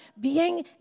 bien